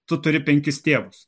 tu turi penkis tėvus